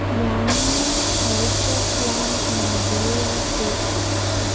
यांग मे oyster plant nigella seeds